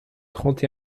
trente